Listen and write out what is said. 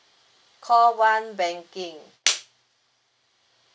call one banking